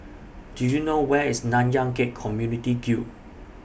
Do YOU know Where IS Nanyang Khek Community Guild